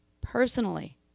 personally